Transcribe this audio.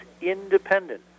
independent